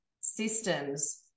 systems